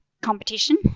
competition